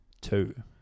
two